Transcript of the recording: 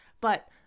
But-